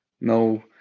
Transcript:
no